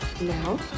Now